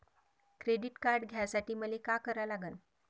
Credit card घ्यासाठी मले का करा लागन?